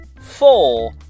Four